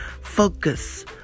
Focus